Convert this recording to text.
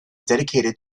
dedicated